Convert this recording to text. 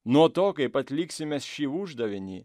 nuo to kaip atliksime šį uždavinį